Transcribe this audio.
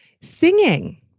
Singing